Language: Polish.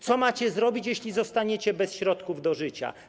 Co macie zrobić, jeśli zostaniecie bez środków do życia?